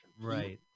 Right